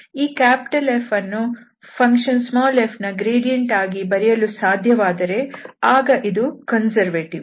ಈ F ಅನ್ನು function f ನ ಗ್ರೇಡಿಯಂಟ್ ಆಗಿ ಬರೆಯಲು ಸಾಧ್ಯವಾದರೆ ಆಗ ಇದು ಕನ್ಸರ್ವೇಟಿವ್